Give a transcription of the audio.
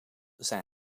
zijn